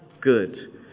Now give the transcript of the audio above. good